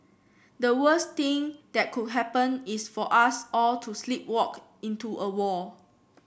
the worst thing that could happen is for us all to sleepwalk into a war